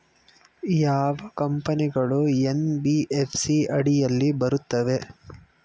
ಯಾವ ಕಂಪನಿಗಳು ಎನ್.ಬಿ.ಎಫ್.ಸಿ ಅಡಿಯಲ್ಲಿ ಬರುತ್ತವೆ?